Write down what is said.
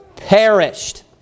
Perished